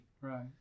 Right